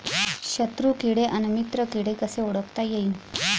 शत्रु किडे अन मित्र किडे कसे ओळखता येईन?